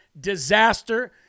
disaster